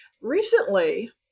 Recently